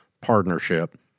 partnership